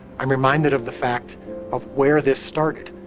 i'm reminded of the fact of where this started,